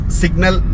signal